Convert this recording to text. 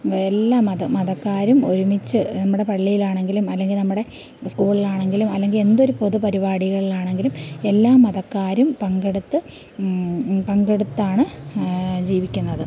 എല്ലാ മത മതക്കാരും ഒരുമിച്ച് നമ്മുടെ പള്ളിയിലാണെങ്കിലും അല്ലെങ്കിൽ നമ്മുടെ സ്കൂളിലാണെങ്കിലും അല്ലെങ്കിൽ എന്തൊരു പൊതു പരിപാടികളിലാണെങ്കിലും എല്ലാ മതക്കാരും പങ്കെടുത്ത് പങ്കെടുത്താണ് ജീവിക്കുന്നത്